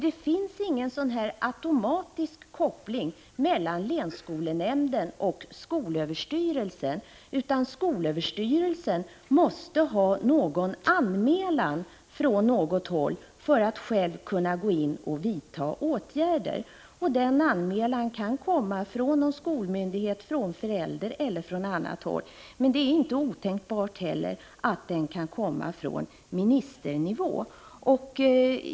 Det finns ju ingen automatisk koppling mellan länsskolnämnden och skolöverstyrelsen, utan skolöverstyrelsen måste ha en anmälan från något håll för att kunna gå in och vidta åtgärder. Denna anmälan kan komma från någon skolmyndighet, från föräldrar eller från annat håll. Det är inte otänkbart att en sådan anmälan kan komma från ministerhåll.